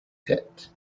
hit